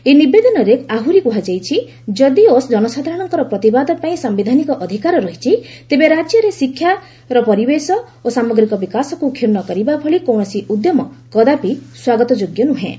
ଏହି ନିବେଦନରେ ଆହୁରି କୁହାଯାଇଛି ଯଦିଓ ଜନସାଧାରଣଙ୍କର ପ୍ରତିବାଦ ପାଇଁ ସାୟିଧାନିକ ଅଧିକାର ରହିଛି ତେବେ ରାଜ୍ୟରେ ଶିକ୍ଷାର ପରିବେଶ ଓ ସାମଗ୍ରୀକ ବିକାଶକୁ କ୍ଷୁଣ୍ଣ କରିବାଭଳି କୌଣସି ଉଦ୍ୟମ କଦାପି ସ୍ୱାଗତଯୋଗ୍ୟ ନୁହେଁ